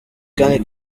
kandi